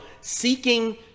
seeking